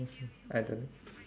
I don't know